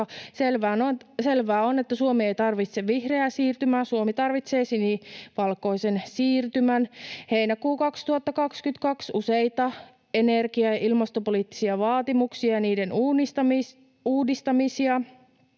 Selvää on, että Suomi ei tarvitse vihreää siirtymää, Suomi tarvitsee sinivalkoisen siirtymän. Heinäkuu 2022: Useita energia- ja ilmastopoliittisia vaatimuksia ja niiden uudistamisia.